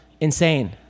insane